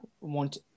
want